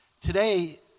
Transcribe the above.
Today